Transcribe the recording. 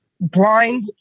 blind